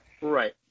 Right